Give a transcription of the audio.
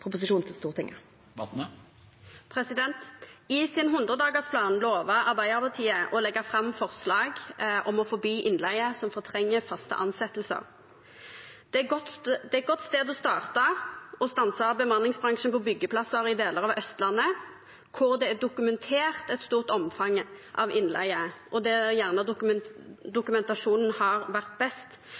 sin 100-dagersplan lover Arbeiderpartiet å legge fram forslag om å forby innleie som fortrenger faste ansettelser. Det er et godt sted å starte å stanse bemanningsbransjen på byggeplasser på deler av Østlandet, hvor det er dokumentert et stort omfang av innleie – det er gjerne der dokumentasjonen har vært best.